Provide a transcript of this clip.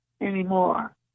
anymore